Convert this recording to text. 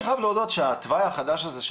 אני חייב להודות שהתוואי החדש הזה של